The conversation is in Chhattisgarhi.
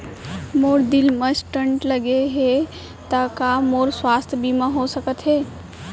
मोर दिल मा स्टन्ट लगे हे ता का मोर स्वास्थ बीमा हो सकत हे?